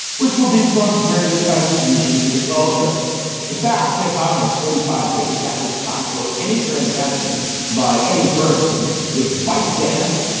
which will be trump's greatest contribution to the culture in fact, tick-tock has forty five days at which time, quote, any transaction by any person with byte dance.